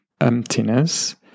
emptiness